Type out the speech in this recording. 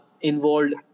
involved